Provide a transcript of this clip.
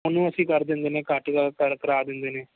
ਉਹਨੂੰ ਅਸੀਂ ਕਰ ਦਿੰਦੇ ਨੇ ਘੱਟ ਕਰ ਕਰਾ ਦਿੰਦੇ ਨੇ